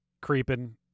creeping